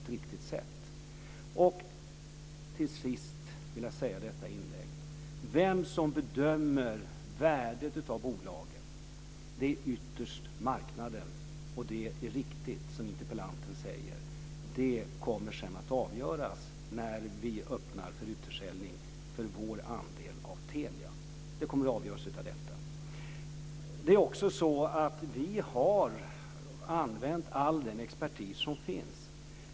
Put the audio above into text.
Till sist i detta inlägg vill jag säga att det ytterst är marknaden som bedömer värdet av de här bolagen. Och det är riktigt som interpellanten säger - värdet kommer att avgöras när vi öppnar för utförsäljning av vår andel av Telia. Vi har använt all den expertis som finns.